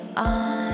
on